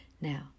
Now